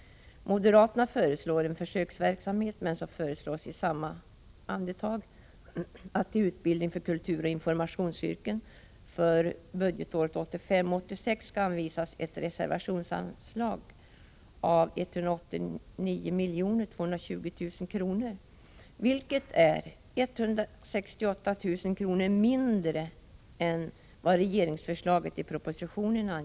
Moderaterna föreslår en försöksverksamhet, men i samma andetag föreslås att ett reservationsanslag på 189 220 000 kr. för budgetåret 1985/86 skall anslås för utbildning för kulturoch informationsyrken, vilket är 168 000 kr. mindre än vad som föreslås i propositionen.